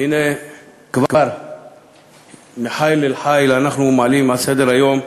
והנה כבר מחיל אל חיל, אנחנו מעלים על סדר-היום,